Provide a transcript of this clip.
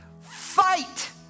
fight